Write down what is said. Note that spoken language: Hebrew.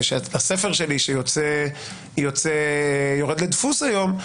שהספר שלי שיורד לדפוס היום,